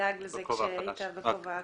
דאג לזה כשהוא היה בכובעו הקודם.